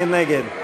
מי נגד?